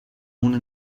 una